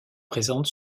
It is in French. présente